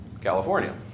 California